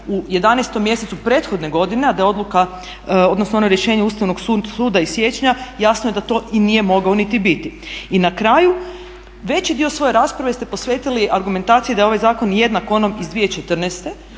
u 11. mjesecu prethodne godine a da je odluka, odnosno ono rješenje Ustavnog suda iz siječnja, jasno je da to i nije mogao niti biti. I na kraju veći dio svoje rasprave ste posvetili argumentaciji da je ovaj zakon jednak onom iz 2014.